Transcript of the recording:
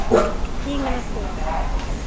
ठीक नमस्ते